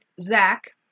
Zach